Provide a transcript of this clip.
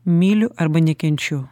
myliu arba nekenčiu